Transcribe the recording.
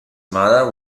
mother